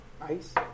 ICE